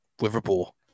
Liverpool